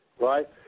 right